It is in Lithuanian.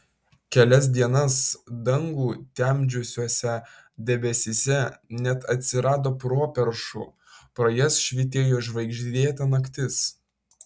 kelias dienas dangų temdžiusiuose debesyse net atsirado properšų pro jas švytėjo žvaigždėta naktis